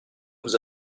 vous